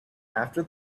after